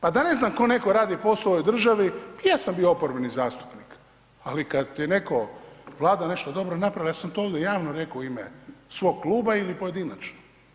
Pa da ne znam tko neko radi poso u ovoj državi pa i ja sam bio oporbeni zastupnik, ali kad je netko, Vlada nešto dobro napravila ja sam to javno reko u ime svog kluba ili pojedinačno.